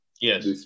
Yes